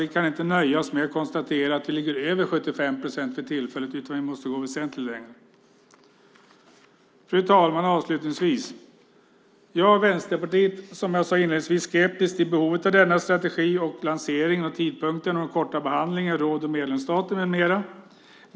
Vi kan inte nöja oss med att konstatera att vi för tillfället ligger över 75 procent, utan vi måste gå väsentligt längre. Fru talman! Jag och Vänsterpartiet är som jag sade inledningsvis skeptisk till behovet av denna strategi, till den korta behandlingen i råd och i medlemsstaterna med mera.